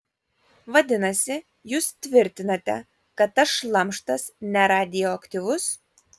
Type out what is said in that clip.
vadinasi jūs tvirtinate kad tas šlamštas neradioaktyvus